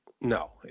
no